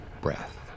breath